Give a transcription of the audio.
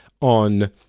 on